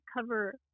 cover